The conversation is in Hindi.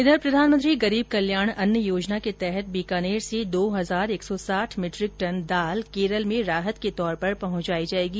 इधर प्रधानमंत्री गरीब कल्याण अन्न योजना के तहत बीकानेर से दो हजार एक सौ साठ मैट्रिक टन दाल केरल में राहत के तौर पर पहुंचाई जाएगी